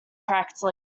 correctly